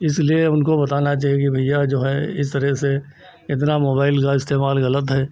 इसलिए उनको बताना चाहिए कि भइया जो है इस तरह से इतना मोबाइल का इस्तेमाल गलत है